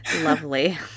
lovely